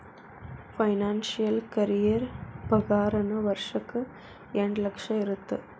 financial career ಪಾಗಾರನ ವರ್ಷಕ್ಕ ಎಂಟ್ ಲಕ್ಷ ಇರತ್ತ